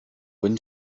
win